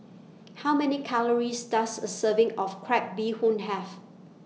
How Many Calories Does A Serving of Crab Bee Hoon Have